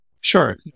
Sure